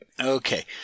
Okay